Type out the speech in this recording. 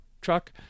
truck